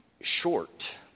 short